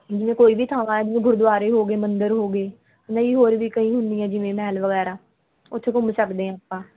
ਜਿਵੇਂ ਕੋਈ ਵੀ ਥਾਵਾਂ ਜਿਵੇਂ ਗੁਰੂਦੁਆਰੇ ਹੋ ਗਏ ਮੰਦਿਰ ਹੋ ਗਏ ਨਹੀਂ ਹੋਰ ਵੀ ਕਈ ਹੁੰਦੀ ਆ ਜਿਵੇਂ ਮਹਿਲ ਵਗੈਰਾ ਉੱਥੇ ਘੁੰਮ ਸਕਦੇ ਹਾਂ ਆਪਾਂ